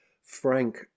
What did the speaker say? Frank